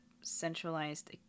centralized